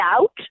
out